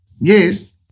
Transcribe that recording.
Yes